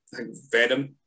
Venom